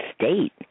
state